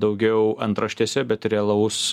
daugiau antraštėse bet realaus